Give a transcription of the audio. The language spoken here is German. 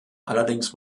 allerdings